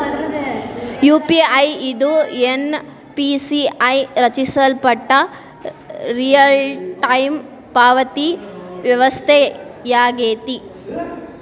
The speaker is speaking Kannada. ಯು.ಪಿ.ಐ ಇದು ಎನ್.ಪಿ.ಸಿ.ಐ ರಚಿಸಲ್ಪಟ್ಟ ರಿಯಲ್ಟೈಮ್ ಪಾವತಿ ವ್ಯವಸ್ಥೆಯಾಗೆತಿ